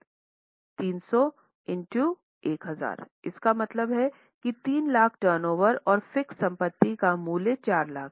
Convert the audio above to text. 300 ईंटो 1000 इसका मतलब है कि 3 लाख टर्नओवर और फ़िक्स संपत्ति का मूल्य 4 लाख था